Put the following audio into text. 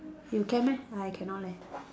you can meh I cannot leh